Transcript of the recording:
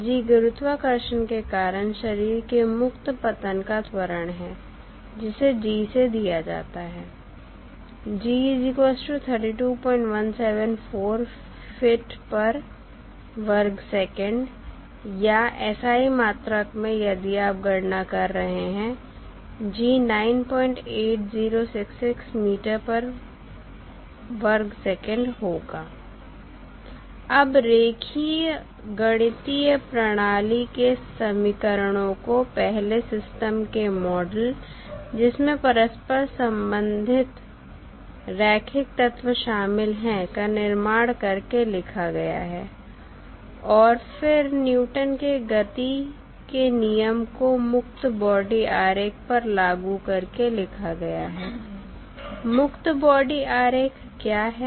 g गुरुत्वाकर्षण के कारण शरीर के मुक्त पतन का त्वरण है जिसे g से दिया जाता है g 32174 फिट पर वर्ग सेकंड या SI मात्रक में यदि आप गणना कर रहे हैं g 98066 मीटर पर वर्ग सेकंड होगा अब रेखीय गणितीय प्रणाली के समीकरणों को पहले सिस्टम के मॉडल जिसमें परस्पर संबंधित रैखिक तत्व शामिल हैं का निर्माण करके लिखा गया है और फिर न्यूटन के गति के नियम Newton's law of motion को मुक्त बॉडी आरेख पर लागू करके लिखा गया है मुक्त बॉडी आरेख क्या है